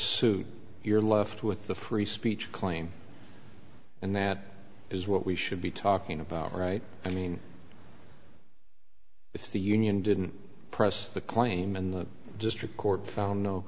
press you're left with the free speech claim and that is what we should be talking about right i mean if the union didn't press the claim and the district court found no